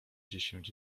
dziesięć